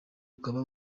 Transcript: ukaba